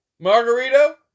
Margarito